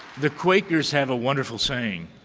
the quakeers have a wonderful saying.